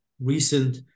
recent